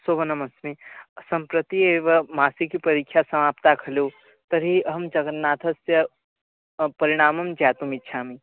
शोभनमस्मि सम्प्रति एव मासिकपरीक्षा समाप्ता खलु तर्हि अहं जगन्नाथस्य परिणामं ज्ञातुमिच्छामि